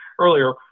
earlier